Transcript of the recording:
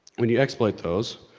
when you exploit those